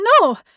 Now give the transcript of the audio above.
no